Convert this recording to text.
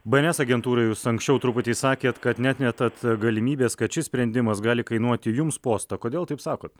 bns agentūrai jūs anksčiau truputį sakėt kad neatmetat galimybės kad šis sprendimas gali kainuoti jums postą kodėl taip sakot